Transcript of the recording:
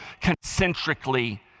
concentrically